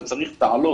אתה צריך תעלות,